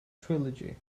trilogy